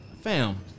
Fam